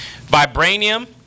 Vibranium